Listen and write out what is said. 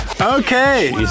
Okay